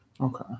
Okay